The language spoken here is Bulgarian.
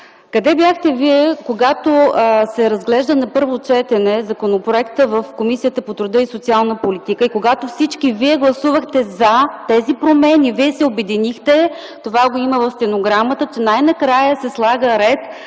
Къде бяхте Вие, когато се разглежда на първо четене законопроектът в Комисията по труда и социална политика и когато всички вие гласувахте „за” тези промени. Вие се обединихте, това го има в стенограмата, че най-накрая се слага ред